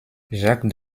jacques